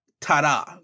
ta-da